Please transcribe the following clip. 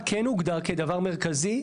המרחק כן הוגדר כדבר מרכזי.